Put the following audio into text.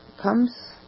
comes